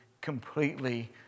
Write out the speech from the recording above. completely